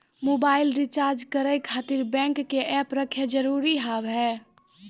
Mobile recharge करे खातिर bank के ऐप रखे जरूरी हाव है?